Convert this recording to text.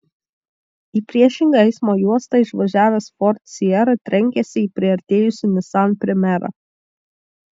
į priešingą eismo juostą išvažiavęs ford sierra trenkėsi į priartėjusį nissan primera